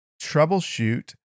troubleshoot